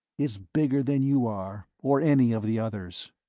it's bigger than you are, or any of the others.